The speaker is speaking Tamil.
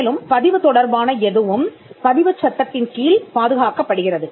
மேலும் பதிவு தொடர்பான எதுவும் பதிவுச் சட்டத்தின் கீழ் பாதுகாக்கப்படுகிறது